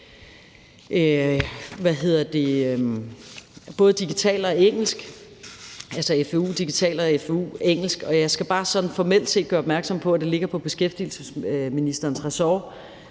både om det digitale og om engelsk, altså fvu-digital og fvu-engelsk, og jeg skal bare sådan formelt set gøre opmærksom på, at det ligger på beskæftigelsesministerens ressort